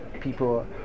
people